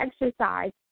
exercise